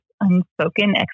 unspoken